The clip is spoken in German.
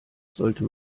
sollte